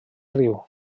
riu